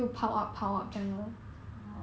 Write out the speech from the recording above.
orh